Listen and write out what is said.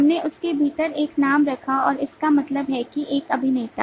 हमने उसके भीतर एक नाम रखा और इसका मतलब है कि एक अभिनेता